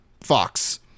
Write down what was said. fox